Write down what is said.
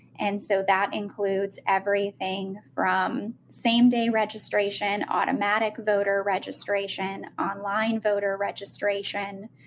and so that includes everything from same day registration, automatic voter registration, online voter registration,